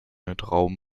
raum